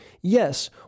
Yes